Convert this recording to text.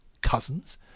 cousins